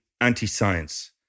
anti-science